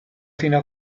fino